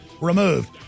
removed